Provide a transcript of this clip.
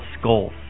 skulls